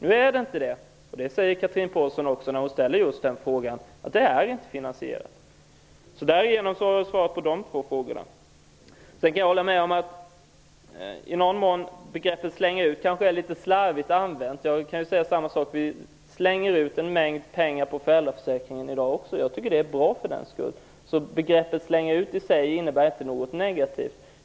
Så är det emellertid inte, och det säger Chatrine Pålsson också i och med sin fråga. Det här är alltså inte finansierat. Därmed har jag svarat på två frågor från Chatrine Pålssons. Jag kan hålla med om att det kanske var litet slarvigt att säga ''slänga ut''. Vi slänger ut en mängd pengar på föräldraförsäkringen redan i dag, men för den skull tycker jag att den är bra. Att ''slänga ut'' innebär alltså i sig inte något negativt.